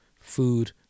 food